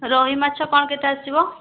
ରୋହି ମାଛ କ'ଣ କେତେ ଆସିବ